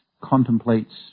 contemplates